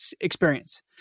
experience